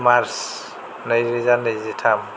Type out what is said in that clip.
March नैरोजा नैजिथाम